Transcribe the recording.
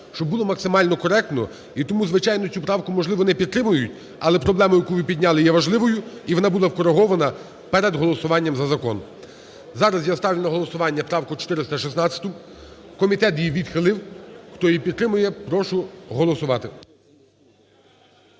щоб було максимально коректно. І тому, звичайно, цю правку, можливо, не підтримають. Але проблема, яку ви підняли, є важливою, і вона була вкорегована перед голосуванням за закон. Зараз я ставлю на голосування правку 416. Комітет її відхилив. Хто її підтримує, прошу голосувати.